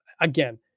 again